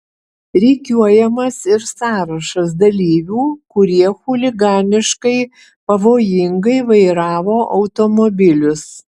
rikiuojamas ir sąrašas dalyvių kurie chuliganiškai pavojingai vairavo automobilius